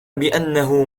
بأنه